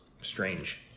strange